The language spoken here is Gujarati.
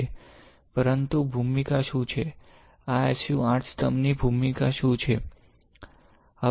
પરંતુ આની ભૂમિકા શું છે આ SU 8 સ્તંભ ની ભૂમિકા શું છે